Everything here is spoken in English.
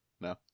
no